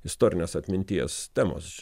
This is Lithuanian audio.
istorinės atminties temos